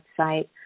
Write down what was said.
website